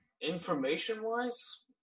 information-wise